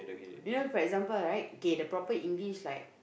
you know for example right kay the proper english like